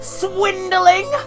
swindling